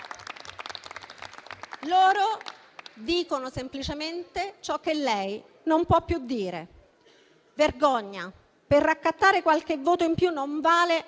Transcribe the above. Loro dicono semplicemente ciò che lei non può più dire. Vergogna. Per raccattare qualche voto in più non vale